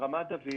ברמת דוד